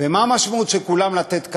ומה המשמעות של כולם לתת כתף?